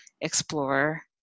explore